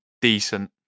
decent